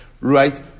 Right